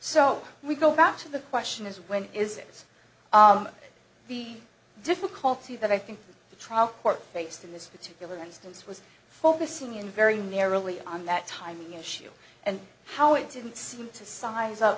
so we go back to the question is when is the difficulty that i think the trial court faced in this particular instance was focusing in very narrowly on that time issue and how it didn't seem to size up